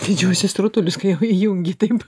didžiuosius rutulius kai jau įjungi taip